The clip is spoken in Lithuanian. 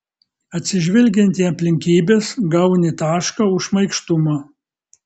atsižvelgiant į aplinkybes gauni tašką už šmaikštumą